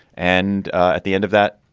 and at the end of that,